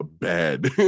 bad